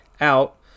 out